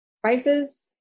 prices